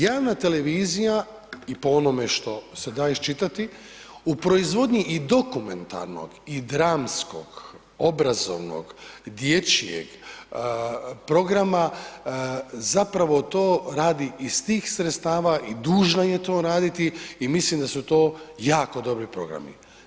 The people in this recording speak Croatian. Javna televizija i po onome što se da iščitati, u proizvodnji i dokumentarnog i dramskog, obrazovnog, dječjeg programa zapravo to radi iz tih sredstava i dužna je to raditi i mislim da su to jako dobri programi.